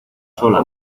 sola